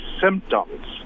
symptoms